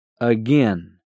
again